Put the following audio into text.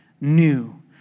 new